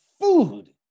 food